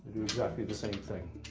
do exactly the same thing.